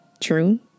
true